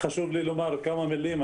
חשוב לי לומר כמה מילים.